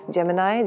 Gemini